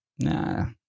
Nah